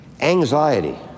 Anxiety